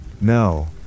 No